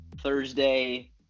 thursday